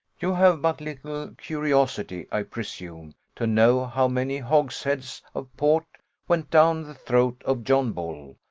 you have but little curiosity, i presume, to know how many hogsheads of port went down the throat of john bull,